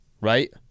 right